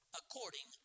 according